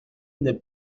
les